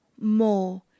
More